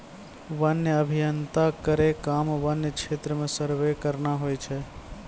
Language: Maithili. वन्य अभियंता केरो काम वन्य क्षेत्र म सर्वे करना होय छै